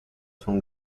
from